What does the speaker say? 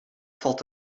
valt